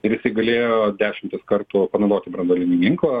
ir jisai galėjo dešimtis kartų panaudoti branduolinį ginklą